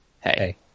hey